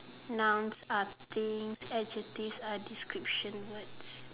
nouns are things adjectives are description words